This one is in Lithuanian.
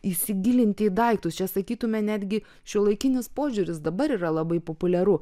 įsigilinti į daiktus čia sakytume netgi šiuolaikinis požiūris dabar yra labai populiaru